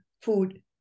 food